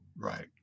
Right